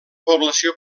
població